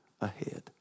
ahead